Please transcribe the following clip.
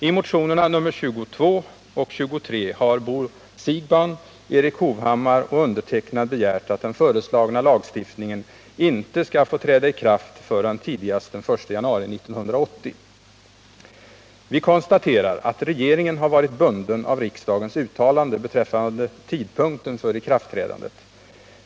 I motionerna nr 22 och 23 har Bo Siegbahn, Erik Hovhammar och jag begärt att den föreslagna lagstiftningen inte skall få träda i kraft förrän tidigast den 1 januari 1980. Vi konstaterar att regeringen har varit bunden av riksdagens uttalande beträffande tidpunkten för ikraftträdandet.